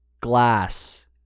glass